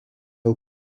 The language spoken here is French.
aux